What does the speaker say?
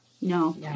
No